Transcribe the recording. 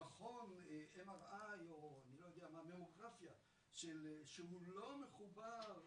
למכון MRI או ממוגרפיה שהוא לא מחובר,